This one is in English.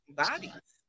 bodies